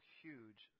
huge